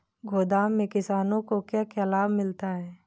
गोदाम से किसानों को क्या क्या लाभ मिलता है?